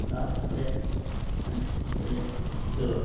ᱥᱟᱵ ᱠᱟᱛᱮᱫ ᱟᱹᱰᱤ ᱠᱩᱥᱤ ᱞᱮ ᱟᱹᱭᱠᱟᱹᱣᱟ